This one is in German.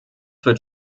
wird